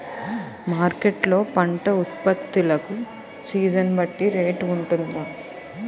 Market లొ పంట ఉత్పత్తి లకు సీజన్ బట్టి రేట్ వుంటుందా?